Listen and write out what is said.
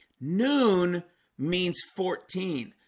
noon means fourteen.